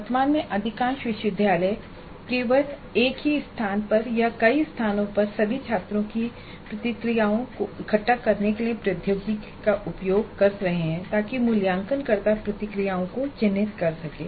वर्तमान में अधिकांश विश्वविद्यालय केवल एक ही स्थान पर या कई स्थानों पर सभी छात्रों की प्रतिक्रियाओं को इकट्ठा करने के लिए प्रौद्योगिकी का उपयोग कर रहे हैं ताकि मूल्यांकनकर्ता प्रतिक्रियाओं को चिह्नित कर सकें